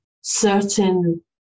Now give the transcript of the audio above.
certain